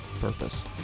purpose